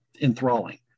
enthralling